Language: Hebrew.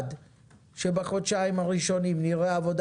ובלבד שבחודשיים הראשונים נראה עבודה